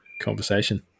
conversation